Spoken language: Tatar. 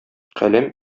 каләм